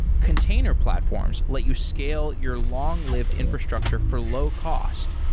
container platforms let you scale your long-lived infrastructure for low cost,